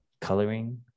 coloring